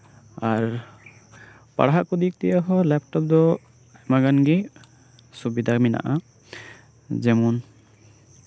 ᱟᱨ ᱯᱟᱲᱦᱟᱜ ᱠᱚ ᱫᱤᱠ ᱫᱤᱭᱮ ᱦᱚᱸ ᱞᱮᱯᱴᱚᱯ ᱫᱚ ᱟᱭᱢᱟ ᱜᱟᱱᱜᱮ ᱥᱩᱵᱤᱫᱷᱟ ᱢᱮᱱᱟᱜᱼᱟ ᱡᱮᱢᱚᱱ